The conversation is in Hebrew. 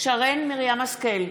שרן מרים השכל,